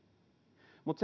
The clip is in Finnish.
mutta